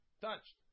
touched